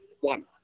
one